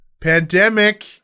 pandemic